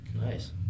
Nice